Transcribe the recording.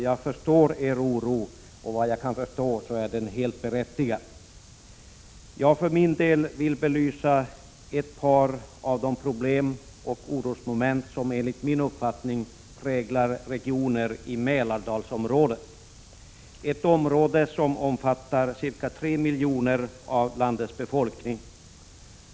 Jag förstår er oro, som torde vara helt berättigad. Jag för min del vill belysa ett par av de problem och orosmoment som enligt min uppfattning präglar regioner i Mälardalsområdet, ett område där ca 3 miljoner av landets befolkning bor.